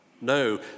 No